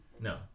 No